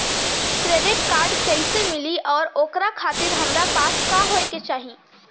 Credit card कैसे मिली और ओकरा खातिर हमरा पास का होए के चाहि?